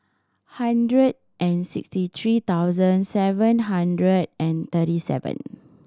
hundred and sixty three thousand seven hundred and thirty seven